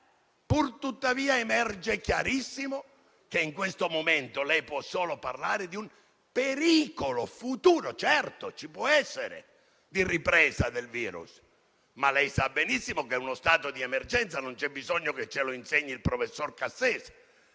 purtuttavia, emerge chiarissimo che in questo momento lei può solo parlare di un pericolo futuro - certo, ci può essere - di ripresa del virus. Ma lei sa benissimo che uno stato di emergenza - non c'è bisogno che ce lo insegni il professor Cassese